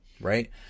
Right